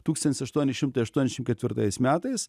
tūkstantis aštuoni šimtai aštuoniasšim ketvirtais metais